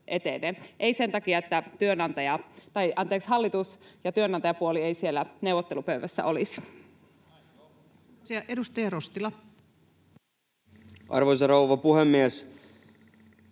ei sen takia, että hallitus ja työnantajapuoli eivät siellä neuvottelupöydässä olisi. [Miko Bergbom: Näin se on!] Edustaja Rostila. Arvoisa rouva puhemies!